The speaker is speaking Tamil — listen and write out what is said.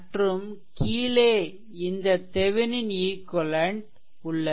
மற்றும் கீழே இந்த தெவெனின் ஈக்வெலென்ட் உள்ளது